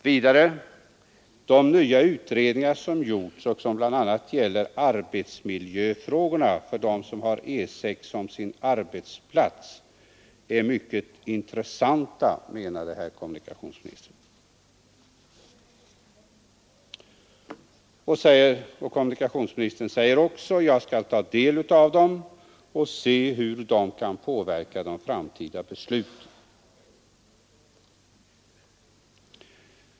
Vidare sade han: De nya utredningar man gjort och som bl.a. gäller arbetsmiljöfrågorna för dem som har E 6 som sin arbetsplats är mycket intressanta. Kommunikationsministern sade också: Jag skall ta del av dessa utredningar och se hur de kan påverka de framtida besluten.